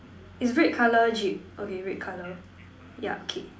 is red colour Jeep okay red colour ya K